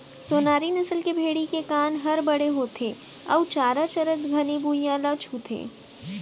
सोनारी नसल के भेड़ी के कान हर बड़े होथे अउ चारा चरत घनी भुइयां ल छूथे